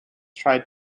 tried